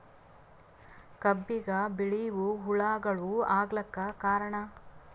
ಕಬ್ಬಿಗ ಬಿಳಿವು ಹುಳಾಗಳು ಆಗಲಕ್ಕ ಕಾರಣ?